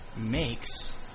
makes